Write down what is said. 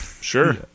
Sure